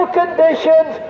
conditions